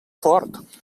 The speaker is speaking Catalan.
fort